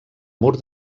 mur